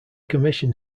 commission